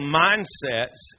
mindsets